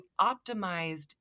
optimized